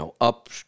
up